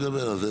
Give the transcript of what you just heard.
נדבר על זה.